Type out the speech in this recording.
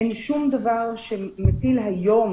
אין שום דבר שמטיל היום